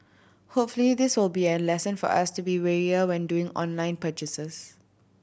hopefully this will be a lesson for us to be warier when doing online purchases